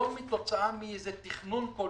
לא כתוצאה מאיזה תכנון כלשהו.